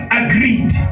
agreed